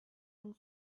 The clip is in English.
and